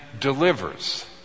delivers